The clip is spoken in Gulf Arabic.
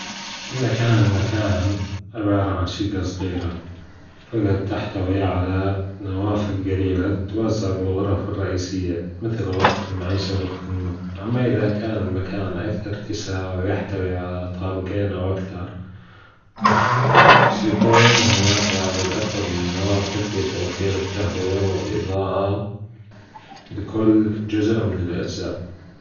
إذا كان المكان عبارة عن شجة صغيرة فجد تحتوي على نوافذ جليلة تتوزع بالغرف الرئيسية مثل غرفة المعيشة وغرفة النوم أما إذا كان المكان أكثر أاتساعًا ويحتوي على طابجين أو أكثر بس يكون هناك عدد أكبر من النوافذ لتوفير التهوية والإضاءة لكل جزء من الأجزاء.